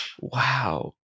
Wow